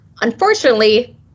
Unfortunately